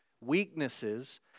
Weaknesses